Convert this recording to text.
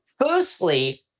firstly